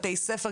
בתי ספר,